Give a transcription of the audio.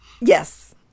Yes